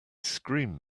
screamed